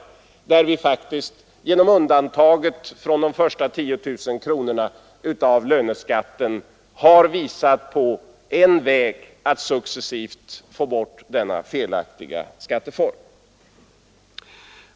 Beträffande dessa har vi genom undantaget från de första 10 000 kronorna av löneskatten visat på en väg att successivt få bort denna felaktiga skatteform.